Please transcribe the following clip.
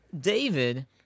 David